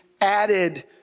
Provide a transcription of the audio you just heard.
added